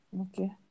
Okay